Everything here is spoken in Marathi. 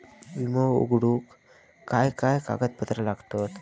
विमो उघडूक काय काय कागदपत्र लागतत?